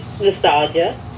nostalgia